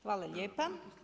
Hvala lijepa.